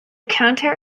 counter